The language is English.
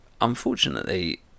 Unfortunately